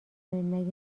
کنید